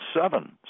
seven